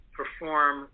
perform